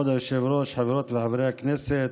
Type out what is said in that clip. כבוד היושב-ראש, חברות וחברי הכנסת,